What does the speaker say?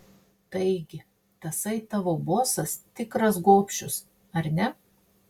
taigi tasai tavo bosas tikras gobšius ar ne